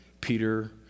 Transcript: Peter